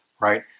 right